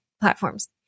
platforms